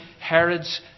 Herod's